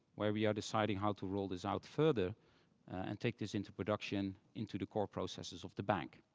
where we are deciding how to roll this out further and take this into production into the core processes of the bank.